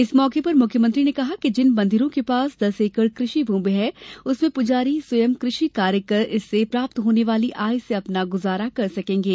इस मौके पर मुख्यमंत्री ने कहा कि जिन मंदिरों के पास दस एकड़ कृषि भूमि है उसमें पुजारी स्वयं कृषि कार्य कर इससे प्राप्त होने वाली आय से अपना गुजारा कर सकेंगे